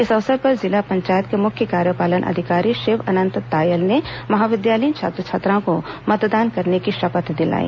इस अवसर पर जिला पंचायत के मुख्य कार्यपालन अधिकारी शिव अनंत तायल ने महाविद्यालयीन छात्र छात्रओं को मतदान करने की शपथ दिलाई